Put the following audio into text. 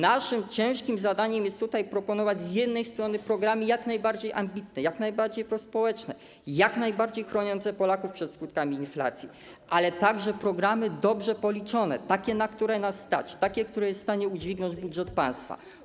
Naszym ciężkim zadaniem jest proponować z jednej strony programy jak najbardziej ambitne, jak najbardziej prospołeczne, jak najbardziej chroniące Polaków przed skutkami inflacji, ale z drugiej strony programy dobrze policzone, takie, na które nas stać, takie, które jest w stanie udźwignąć budżet państwa.